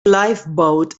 lifeboat